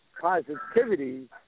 positivity